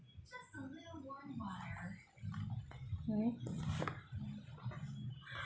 hmm